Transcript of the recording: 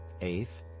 eighth